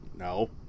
No